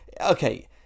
okay